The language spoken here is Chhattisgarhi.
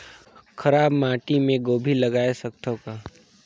खराब माटी मे गोभी जगाय सकथव का?